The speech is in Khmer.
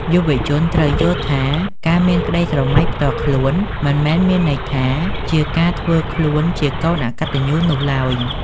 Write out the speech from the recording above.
យុវជនត្រូវយល់ថា ការមានក្តីស្រមៃផ្ទាល់ខ្លួន មិនមែនមានន័យថាជាការធ្វើខ្លួនជាកូន "អកតញ្ញូ" នោះឡើយ។